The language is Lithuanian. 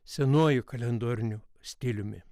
senuoju kalendoriniu stiliumi